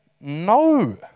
no